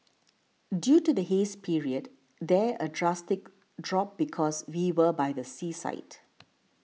due to the haze period there a drastic drop because we were by the seaside